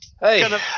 Hey